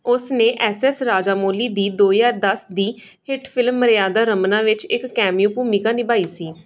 ਉਸ ਨੇ S S Rajamouli ਦੀ ਦੋ ਹਜ਼ਾਰ ਦਸ ਦੀ ਹਿੱਟ ਫਿਲਮ ਮਰਿਆਦਾ ਰਮੰਨਾ ਵਿੱਚ ਇੱਕ ਕੈਮਿਓ ਭੂਮਿਕਾ ਨਿਭਾਈ ਸੀ